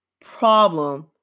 problem